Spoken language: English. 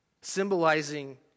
Symbolizing